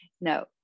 No